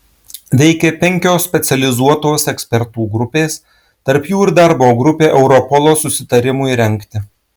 veikė penkios specializuotos ekspertų grupės tarp jų ir darbo grupė europolo susitarimui rengti